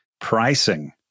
pricing